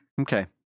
Okay